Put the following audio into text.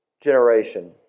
generation